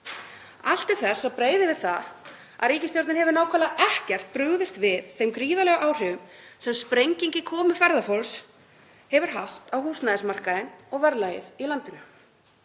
Allt til þess að breiða yfir það að ríkisstjórnin hefur nákvæmlega ekkert brugðist við þeim gríðarlegu áhrifum sem sprenging í komu ferðafólks hefur haft á húsnæðismarkaðinn og verðlagið í landinu.